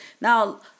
Now